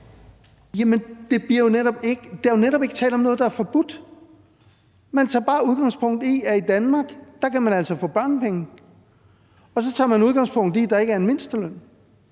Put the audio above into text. der er jo netop ikke tale om noget, der er forbudt. Man tager bare udgangspunkt i, at i Danmark kan man altså få børnepenge, og så tager man udgangspunkt i, at der ikke er en mindsteløn,